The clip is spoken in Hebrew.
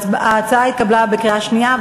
ההצעה התקבלה בקריאה שנייה.